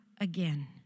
again